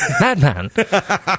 madman